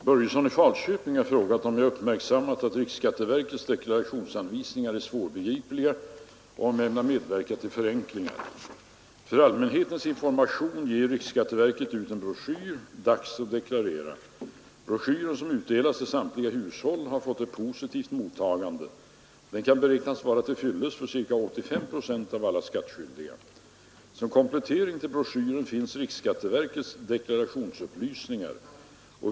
Herr talman! Herr Börjesson i Falköping har frågat mig om jag uppmärksammat att riksskatteverkets deklarationsanvisningar är svårbegripliga och om jag ämnar medverka till en förenkling av anvisningarna. För allmänhetens information ger riksskatteverket ut en broschyr, Dags att deklarera. Broschyren, som utdelas till samtliga hushåll, har fått ett positivt mottagande. Den kan beräknas vara till fyllest för ca 85 procent av alla skattskyldiga. Som komplettering till broschyren finns riksskatteverkets deklarationsupplysningar.